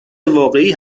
واقعی